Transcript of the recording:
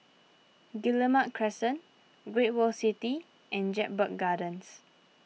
Guillemard Crescent Great World City and Jedburgh Gardens